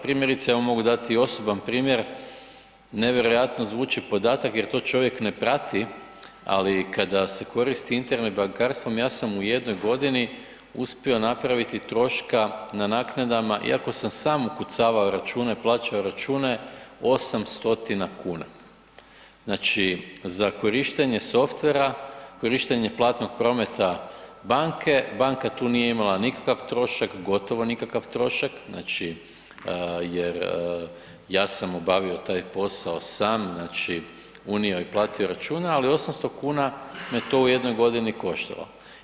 Primjerice evo mogu dati osoban primjer, nevjerojatno zvuči podatak jer to čovjek ne prati, ali kada se koristim Internet bankarstvom ja sam u jednoj godini uspio napraviti troška na naknadama, iako sam sam ukucavao račune i plaćao račune 800 kuna, za korištenje softvera, korištenja platnog prometa banke, banka tu nije imala nikakav trošak, gotovo nikakav trošak jer ja sam obavio taj posao sam, unio i platio račune, ali 800 kuna me to u jednoj godini koštalo.